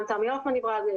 גם תמי הופמן דיברה על זה,